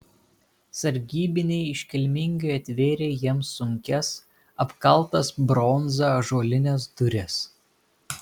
sargybiniai iškilmingai atvėrė jiems sunkias apkaltas bronza ąžuolines duris